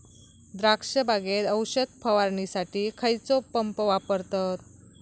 द्राक्ष बागेत औषध फवारणीसाठी खैयचो पंप वापरतत?